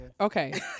okay